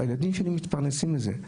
הילדים שלי מתפרנסים מזה".